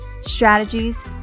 strategies